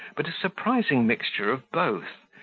but a surprising mixture of both,